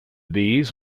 bees